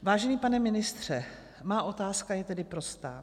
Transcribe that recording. Vážený pane ministře, má otázka je tedy prostá.